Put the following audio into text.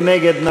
מי נגד?